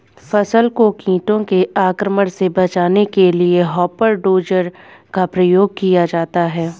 फसल को कीटों के आक्रमण से बचाने के लिए हॉपर डोजर का प्रयोग किया जाता है